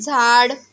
झाड